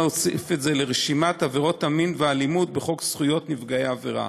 להוסיף את זה לרשימת עבירות המין והאלימות בחוק זכויות נפגעי עבירה.